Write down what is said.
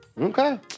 Okay